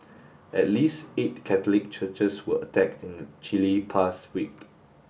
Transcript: at least eight Catholic churches were attacked in Chile in past week